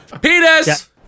Penis